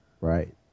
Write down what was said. Right